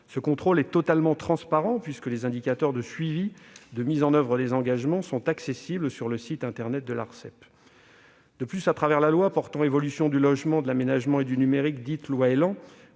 Ce contrôle est totalement transparent puisque les indicateurs de suivi de mise en oeuvre des engagements sont accessibles sur le site internet de l'Autorité. De plus, dans la loi du 23 novembre 2018 portant évolution du logement, de l'aménagement et du numérique, le